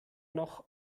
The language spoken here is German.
noch